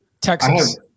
Texas